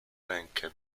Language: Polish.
rękę